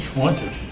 wanted